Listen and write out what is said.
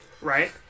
right